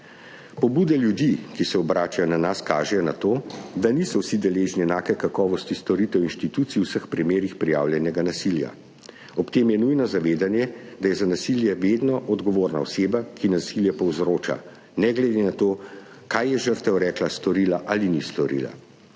Pobude ljudi, ki se obračajo na nas, kažejo na to, da niso vsi deležni enake kakovosti storitev inštitucij v vseh primerih prijavljenega nasilja. Ob tem je nujno zavedanje, da je za nasilje vedno odgovorna oseba, ki nasilje povzroča, ne glede na to, kaj je žrtev rekla, storila ali česa ni storila.